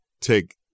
take